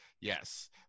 yes